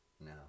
No